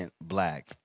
black